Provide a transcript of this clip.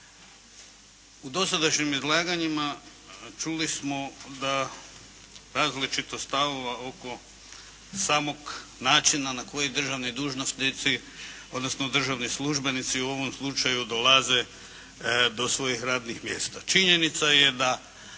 U dosadašnjim izlaganjima čuli smo da različitost stavova oko samog načina na koji državni dužnosnici, odnosno državni službenici dolaze do svojih radnih mjesta. Činjenica je da